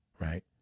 right